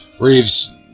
Reeves